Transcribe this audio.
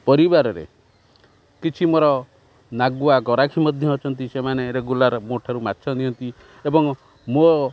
ପରିବାରରେ କିଛି ମୋର ନାଗୁଆ ଗରାଖୀ ମଧ୍ୟ ଅଛନ୍ତି ସେମାନେ ରେଗୁଲାର୍ ମୋ ଠାରୁ ମାଛ ନିଅନ୍ତି ଏବଂ ମୋ